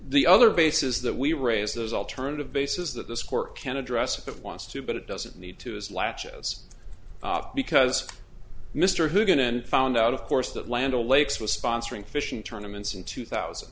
the other bases that we raise those alternative bases that this court can address if it wants to but it doesn't need to as latches because mr hu going in found out of course that land o'lakes was sponsoring fishing tournaments in two thousand